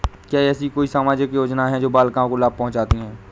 क्या ऐसी कोई सामाजिक योजनाएँ हैं जो बालिकाओं को लाभ पहुँचाती हैं?